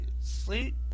Sleep